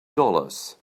dollars